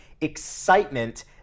excitement